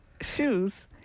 shoes